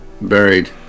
buried